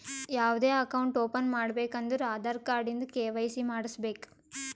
ಯಾವ್ದೇ account open ಮಾಡ್ಬೇಕ ಅಂದುರ್ ಆಧಾರ್ ಕಾರ್ಡ್ ಇಂದ ಕೆ.ವೈ.ಸಿ ಮಾಡ್ಸಬೇಕ್